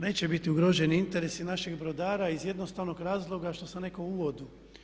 Neće biti ugroženi interesi naših brodara iz jednostavnog razloga što sam rekao u uvodu.